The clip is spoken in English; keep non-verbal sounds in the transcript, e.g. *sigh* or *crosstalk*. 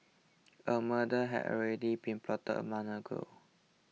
a murder had already been plotted a *unintelligible* ago